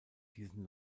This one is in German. diesen